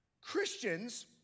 Christians